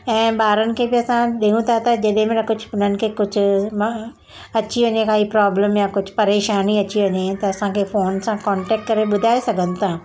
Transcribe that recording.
ऐं ॿारनि खे बि असां ॾियूं था त जेॾी महिल कुझु हुननि खे कुझु मां अची वञे काई प्रॉब्लम या कुझु परेशानी अची वञे त असांखे फ़ोन सां कॉन्टेक्ट करे ॿुधाए सघनि था